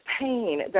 pain